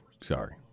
Sorry